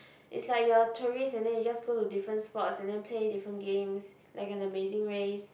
is like you're tourist and then you just go to different spots and then play different games like an amazing race